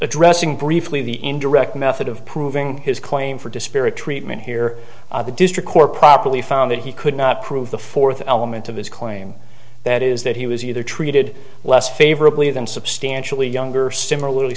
addressing briefly the indirect method of proving his claim for disparate treatment here the district court properly found that he could not prove the fourth element of his claim that is that he was either treated less favorably than substantially younger similarly